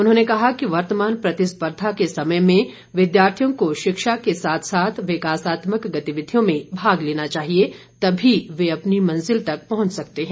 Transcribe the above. उन्होंने कहा कि वर्तमान प्रतिस्पर्धा के समय में विद्यार्थियों को शिक्षा के साथ साथ विकासात्मक गतिविधियों में भाग लेना चाहिए तभी वे अपनी मंजिल तक पहुंच सकते हैं